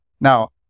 Now